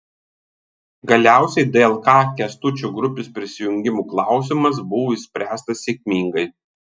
galiausiai dlk kęstučio grupės prisijungimo klausimas buvo išspręstas sėkmingai